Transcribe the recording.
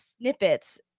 snippets